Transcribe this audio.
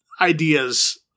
ideas